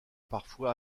parfois